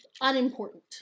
unimportant